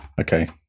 Okay